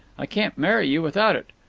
i can't marry you without it.